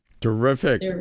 Terrific